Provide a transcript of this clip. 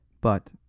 But